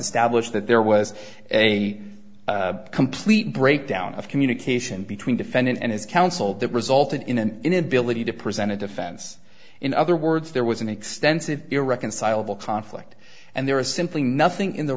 establish that there was a complete breakdown of communication between defendant and his counsel that resulted in an inability to present a defense in other words there was an extensive irreconcilable conflict and there is simply nothing in the